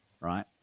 right